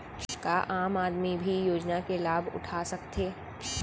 का आम आदमी भी योजना के लाभ उठा सकथे?